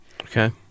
Okay